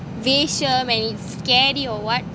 வேஷம்:veasham and it's scary or what